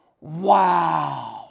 Wow